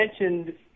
mentioned